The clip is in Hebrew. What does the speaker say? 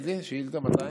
איזה שאילתה?